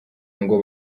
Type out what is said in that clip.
ngo